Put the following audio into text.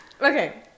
okay